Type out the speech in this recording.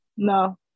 No